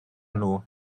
nhw